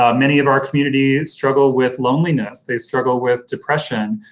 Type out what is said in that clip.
um many of our communities struggle with loneliness, they struggle with depression.